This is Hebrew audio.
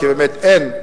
כי אין,